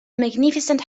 magnificent